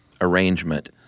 arrangement